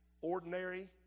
ordinary